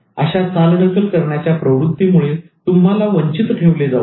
अशा चालढकल करण्याच्या प्रवृत्तीमुळे तुम्हाला वंचित ठेवले जाऊ शकते